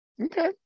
Okay